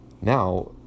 Now